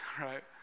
right